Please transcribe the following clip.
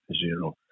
zero